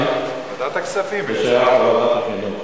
זה שייך לוועדת החינוך.